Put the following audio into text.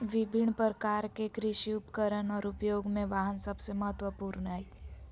विभिन्न प्रकार के कृषि उपकरण और उपयोग में वाहन सबसे महत्वपूर्ण हइ